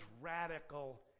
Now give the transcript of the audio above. radical